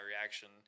reaction